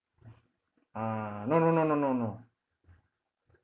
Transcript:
ah no no no no no no